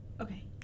okay